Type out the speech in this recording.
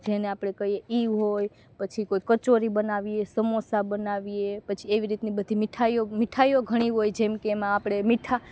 જેને આપણે કહીએ એ હોય પછી કોઈ કચોરી બનાવીએ સમોસાં બનાવીએ પછી એવી રીતે બધી મીઠાઈઓ મીઠાઈઓ ઘણી હોય જેમકે એમાં આપણેે મીઠા